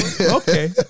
Okay